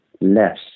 less